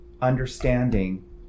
Understanding